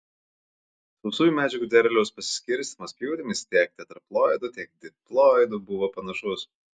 sausųjų medžiagų derliaus pasiskirstymas pjūtimis tiek tetraploidų tiek diploidų buvo panašus